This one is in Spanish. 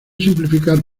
simplificar